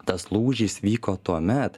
tas lūžis vyko tuomet